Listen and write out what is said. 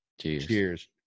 Cheers